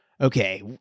okay